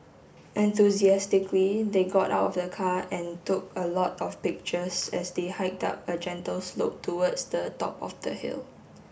enthusiastically they got out of the car and took a lot of pictures as they hiked up a gentle slope towards the top of the hill